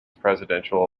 presidential